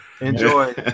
Enjoy